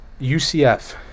UCF